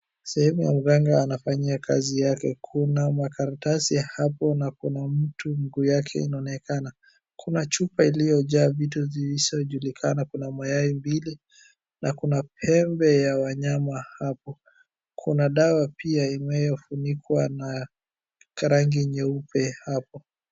Sehemu ya mganga anafanyia kazi yake. Kuna makaratsi hapo na kuna mtu mguu yake inaonekana. Kuna chupa iliyojaa vitu zisizojulikana. Kuna mayai mbili, na kuna pembe ya wanyama hapo. Kuna dawa pia imefunikwa na rangi nyeupe hapo.